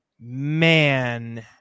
man